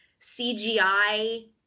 cgi